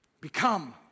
Become